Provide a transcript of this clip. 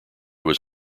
was